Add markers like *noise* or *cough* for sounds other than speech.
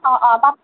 অঁ অঁ *unintelligible*